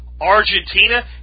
Argentina